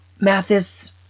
Mathis